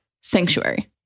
sanctuary